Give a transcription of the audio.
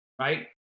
Right